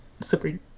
super